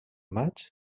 maig